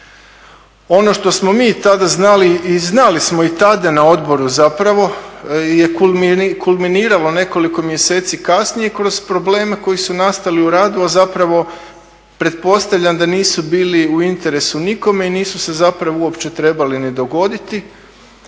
ono što smo mi tada znali i znali smo i tada na odboru zapravo kulminiralo nekoliko mjeseci kasnije kroz probleme koji su nastali u radu a zapravo pretpostavljam da nisu bili u interesu nikome i nisu se zapravo uopće trebali ni dogoditi